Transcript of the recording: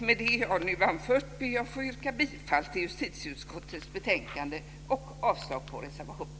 Med det jag nu anfört yrkar jag bifall till hemställan i justitieutskottets betänkande och avslag på reservationerna.